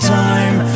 time